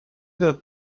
этот